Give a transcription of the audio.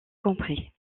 compris